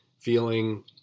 feeling